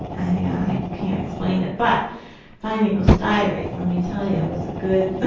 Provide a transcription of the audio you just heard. i can't explain it, but finding those diaries, let me tell ya, was a good